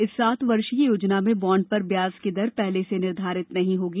इस सात वर्षीय योजना में बॉण्ड पर ब्याज की दर पहले से निर्धारित नहीं होगी